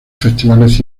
festivales